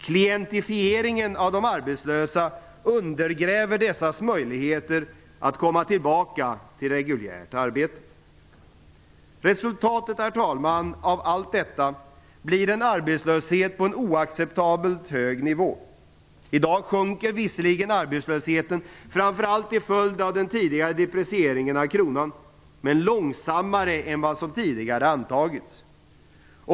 Klientifieringen av de arbetslösa undergräver dessas möjligheter att komma tillbaka till reguljärt arbete. Resultatet av allt detta, herr talman, är en arbetslöshet på en oacceptabelt hög nivå. I dag sjunker visserligen arbetslösheten, framför allt till följd av den tidigare deprecieringen av kronan, men långsammare än vad som tidigare antagits.